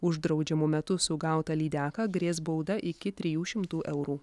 už draudžiamu metu sugautą lydeką grės bauda iki trijų šimtų eurų